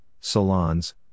salons